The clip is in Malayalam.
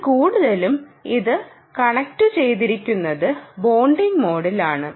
ഇത് കൂടുതലും ഇത് കണക്റ്റുചെയ്തിരിക്കുന്നത് ബോണ്ടിംഗ് മോഡിലാണ്